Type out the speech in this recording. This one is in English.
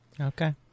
Okay